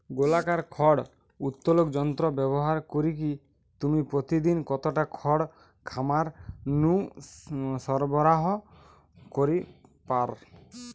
গোলাকার খড় উত্তোলক যন্ত্র ব্যবহার করিকি তুমি প্রতিদিন কতটা খড় খামার নু সরবরাহ করি পার?